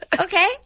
Okay